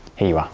here you are.